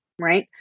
right